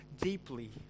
deeply